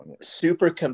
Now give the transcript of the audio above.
Super